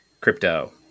crypto